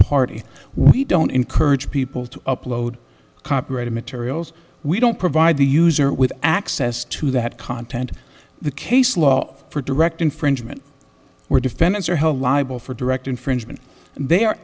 party we don't encourage people to upload copyrighted materials we don't provide the user with access to that content the case law for direct infringement where defendants are held liable for direct infringement they are